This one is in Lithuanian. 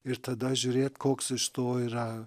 ir tada žiūrėt koks iš to yra